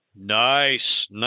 Nice